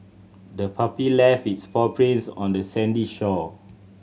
the puppy left its paw prints on the sandy shore